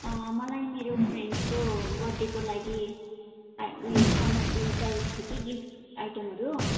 मलाई मेरो फ्रेन्ड्सको बर्थडेको लागि उयो सामान उयो चाहिएको थियो कि गिफ्ट आइटमहरू